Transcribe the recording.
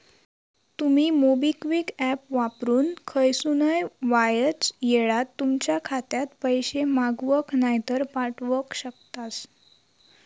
तुमी MobiKwik app वापरून खयसूनय वायच येळात तुमच्या खात्यात पैशे मागवक नायतर पाठवक शकतास